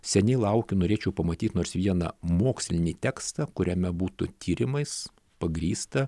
seniai laukiu norėčiau pamatyt nors vieną mokslinį tekstą kuriame būtų tyrimais pagrįsta